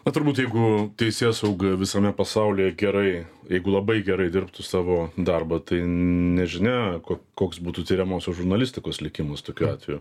na turbūt jeigu teisėsauga visame pasaulyje gerai jeigu labai gerai dirbtų savo darbą tai nežinia ko koks būtų tiriamosios žurnalistikos likimas tokiu atveju